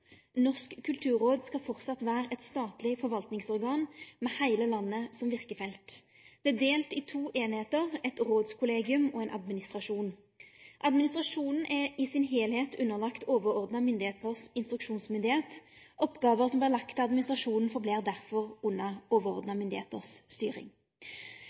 Norsk kulturråd skal framleis vere eit statleg forvaltningsorgan med heile landet som verkefelt. Det er delt i to einingar: eit rådskollegium og ein administrasjon. Administrasjonen er i sin heilskap underlagd overordna myndigheiters instruksjonsmyndigheit. Oppgåver som vert lagde til administrasjonen, vert derfor verande under overordna myndigheiters styring.